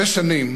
שש שנים